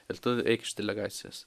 ir tu eik iš delegacijos